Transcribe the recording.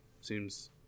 seems